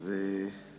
אני